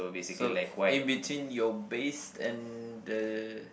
so in between your base and the